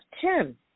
Tim